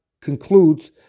concludes